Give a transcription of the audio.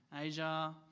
Asia